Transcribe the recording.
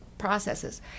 processes